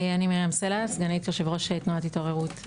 אני סגנית יו"ר תנועת "התעוררות".